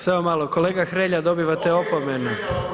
Samo malo, kolega Hrelja dobivate opomenu.